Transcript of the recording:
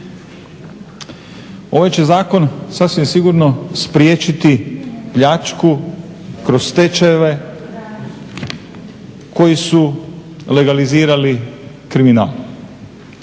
Ovaj će zakon sasvim sigurno spriječiti pljačku kroz stečajeve koji su legalizirali kriminal.